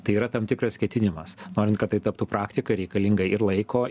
tai yra tam tikras ketinimas norint kad tai taptų praktika reikalinga ir laiko